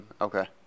Okay